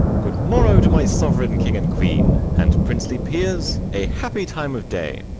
good morrow to my sovereign king and queen and, princely peers, a happy time of day!